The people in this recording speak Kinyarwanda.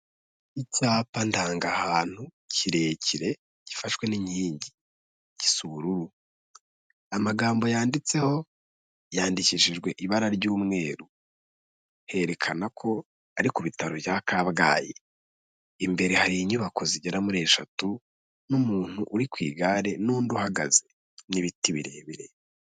Icyapa ndangahantu kirekire gifashwe n'inkingi gisa ubururu, amagambo yanditseho yandikishijwe ibara ry'umweru, herekana ko ari ku bitaro bya Kabgayi, imbere hari inyubako zigera muri eshatu n'umuntu uri ku igare n'undi uhagaze n'ibiti birebire.